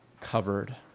covered